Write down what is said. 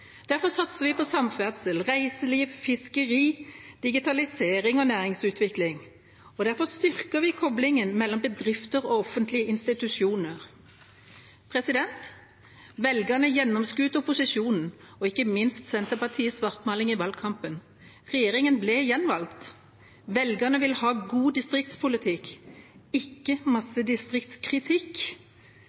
Derfor satser vi på samferdsel, reiseliv, fiskeri, digitalisering og næringsutvikling, og derfor styrker vi koblingen mellom bedrifter og offentlige institusjoner. Velgerne gjennomskuet opposisjonen og ikke minst Senterpartiets svartmaling i valgkampen. Regjeringen ble gjenvalgt. Velgerne vil ha god distriktspolitikk, ikke masse distriktskritikk.